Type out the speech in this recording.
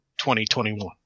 2021